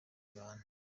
abantu